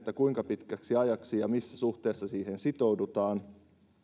kuinka pitkäksi ajaksi ja missä suhteessa siihen sitoudutaan